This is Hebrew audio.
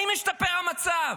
האם השתפר המצב?